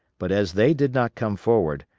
but as they did not come forward,